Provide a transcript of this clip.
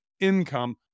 income